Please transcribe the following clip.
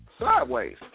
sideways